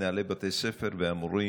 מנהלי בתי ספר והמורים,